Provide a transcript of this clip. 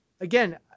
Again